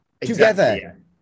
together